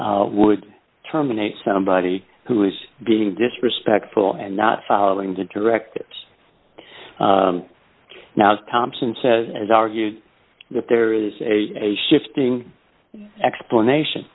would terminate somebody who is being disrespectful and not following the directives now as thompson says as argued that there is a shifting explanation